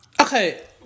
Okay